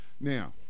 now